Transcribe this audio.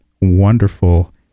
wonderful